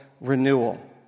renewal